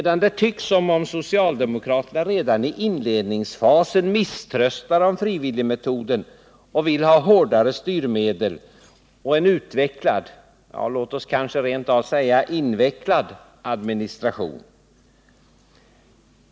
Däremot tycks det som om socialdemokraterna redan i inledningsfasen misströstar om frivilligmetoden och vill ha hårdare styrmedel och en utvecklad — låt oss kanske rent av säga invecklad — administration.